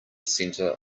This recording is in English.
center